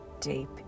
deep